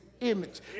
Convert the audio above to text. image